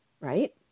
Right